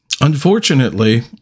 unfortunately